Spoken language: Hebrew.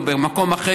או במקום אחר,